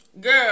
Girl